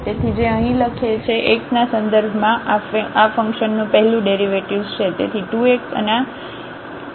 તેથી જે અહીં લખેલ છે X ના સંદર્ભમાં આ ફંક્શનનું પહેલું ડેરિવેટિવ્ઝ છે